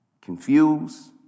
Confused